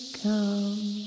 come